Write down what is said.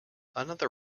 another